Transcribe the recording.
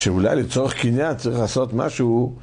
שאולי לצורך קניין צריך לעשות משהו